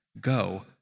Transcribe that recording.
go